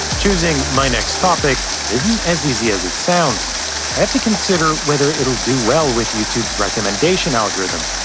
choosing my next topic isn't as easy as it sounds. i have to consider whether it'll do well with youtube's recommendation algorithm,